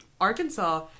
Arkansas